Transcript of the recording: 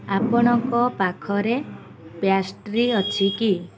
ଆପଣଙ୍କ ପାଖରେ ପ୍ୟାଷ୍ଟ୍ରି ଅଛି କି